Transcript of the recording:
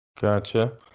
Gotcha